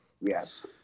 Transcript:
yes